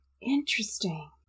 Interesting